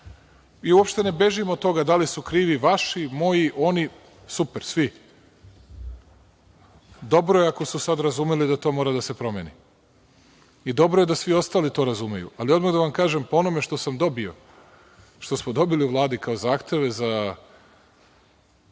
Uopšte ne bežim od toga da li su krivi vaši, moji, oni, super, svi. Dobro je ako su sada razumeli da to mora da se promeni i dobro je da svi ostali to razumeju. Odmah da vam kažem, po onome što smo dobili u Vladi kao zahteve za